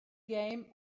game